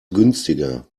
günstiger